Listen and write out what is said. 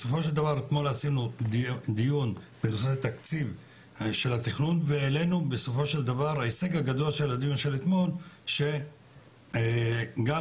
אתמול עשינו דיון בנושא תקציב התכנון וההישג של אתמול היה שגם